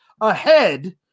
ahead